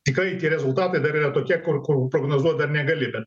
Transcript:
tikrai tie rezultatai dar yra tokie kur kur prognozuot dar negali bet